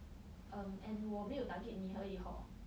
um and 我没有 target 你而已 hor